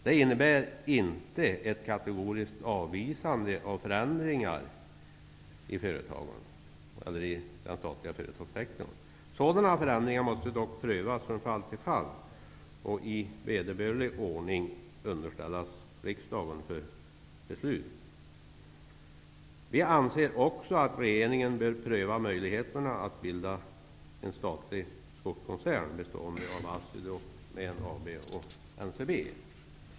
Det innebär inte ett kategoriskt avvisande av förändringar i den statliga företagssektorn. Sådana förändringar måste dock prövas från fall till fall och i vederbörlig ordning underställas riksdagen för beslut. Vi anser också att regeringen bör pröva möjligheten att bilda en statlig skogskoncern bestående av ASSI, Domän AB och Ncb AB.